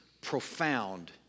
profound